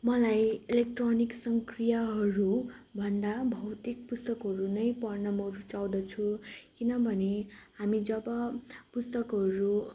मलाई इलेक्ट्रोनिक संक्रियहरू भन्दा भौतिक पुस्तकहरू नै पढ्न म रुचाउँदछु किनभने हामी जब पुस्तकहरू